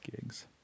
gigs